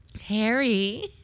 Harry